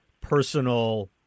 personal